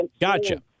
Gotcha